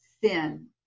sin